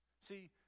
See